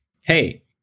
hey